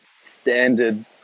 standard